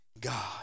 God